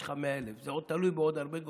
לך 100,000. זה תלוי בעוד הרבה גורמים.